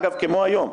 אגב, כמו היום.